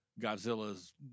Godzilla's